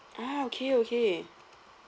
ah okay okay